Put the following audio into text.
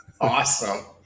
Awesome